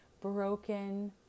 broken